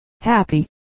happy